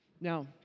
Now